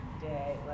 day